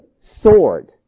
sword